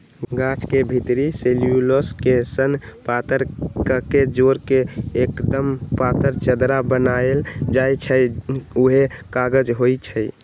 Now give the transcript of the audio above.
गाछ के भितरी सेल्यूलोस के सन पातर कके जोर के एक्दम पातर चदरा बनाएल जाइ छइ उहे कागज होइ छइ